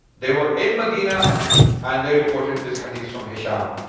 they were in medina and they reported this hadith from hishaam.